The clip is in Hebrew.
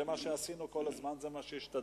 זה מה שעשינו כל הזמן, זה מה שהשתדלנו,